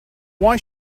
why